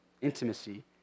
intimacy